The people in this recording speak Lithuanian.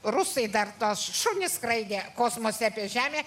rusai dar tą šunys skraidė kosmose apie žemę